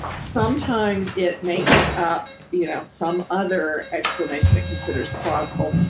sometimes it makes up yeah some other explanation it considers plausible,